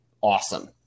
awesome